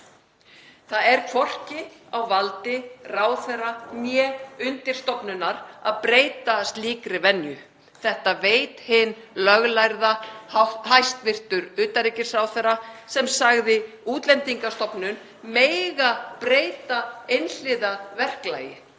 Það er hvorki á valdi ráðherra né undirstofnunar að breyta slíkri venju. Þetta veit hinn löglærði hæstv. utanríkisráðherra sem sagði Útlendingastofnun mega breyta einhliða verklagi